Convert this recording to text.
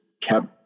kept